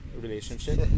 relationship